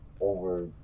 over